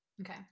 Okay